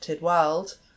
world